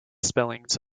spellings